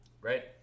right